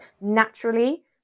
naturally